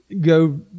go